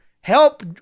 Help